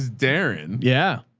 darren. yeah.